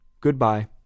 Goodbye